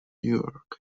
york